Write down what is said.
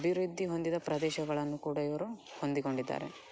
ಅಭಿವೃದ್ಧಿ ಹೊಂದಿದ ಪ್ರದೇಶಗಳನ್ನು ಕೂಡ ಇವರು ಹೊಂದಿಕೊಂಡಿದ್ದಾರೆ